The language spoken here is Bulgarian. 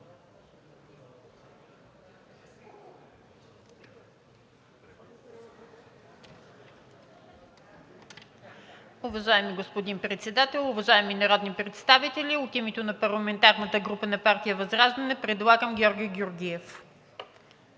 Уважаеми господин Председател, уважаеми народни представители! От името на парламентарната група на партия ВЪЗРАЖДАНЕ предлагам Ангел Георгиев.